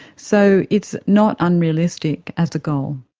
so it's not unrealistic as a goal.